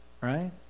right